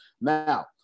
Now